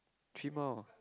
three more